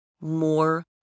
more